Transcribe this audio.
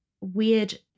weird